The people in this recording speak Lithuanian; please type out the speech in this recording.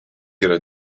yra